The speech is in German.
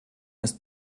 ist